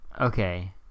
Okay